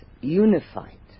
unified